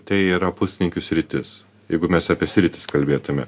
tai yra puslaidininkių sritis jeigu mes apie sritis kalbėtume